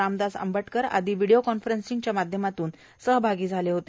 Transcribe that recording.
रामदास अंबटकर आदी व्हिडियो कॉन्फरन्सिंगच्या माध्यमातून सहभागी झाले होते